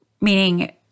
meaning